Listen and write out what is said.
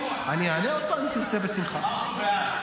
אני יודע: